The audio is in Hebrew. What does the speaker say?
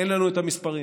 אין לנו את המספרים,